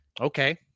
okay